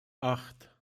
acht